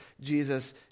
Jesus